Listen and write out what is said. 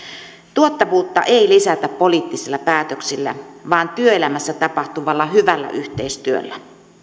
tuottavuutta ei lisätä poliittisilla päätöksillä vaan työelämässä tapahtuvalla hyvällä yhteistyöllä